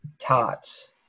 tots